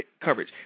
coverage